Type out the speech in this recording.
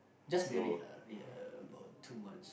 just married lah uh about two months